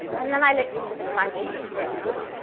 and then i looked into the crime statistics.